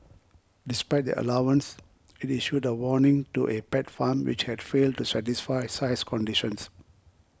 despite the allowance it issued a warning to a pet farm which had failed to satisfy size conditions